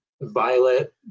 Violet